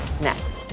next